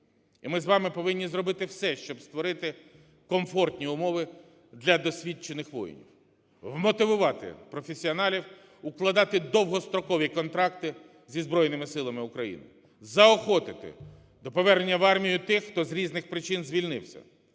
І ми з вами повинні зробити все, щоб створити комфортні умови для досвідчених воїнів. Вмотивувати професіоналів укладати довгострокові контракти зі Збройними Силами України. Заохотити до повернення в армію тих, хто з різних причин звільнився.